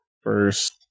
First